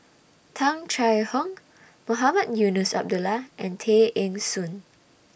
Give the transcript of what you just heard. Tung Chye Hong Mohamed Eunos Abdullah and Tay Eng Soon